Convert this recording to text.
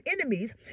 enemies